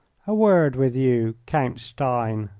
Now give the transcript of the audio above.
a word with you, count stein,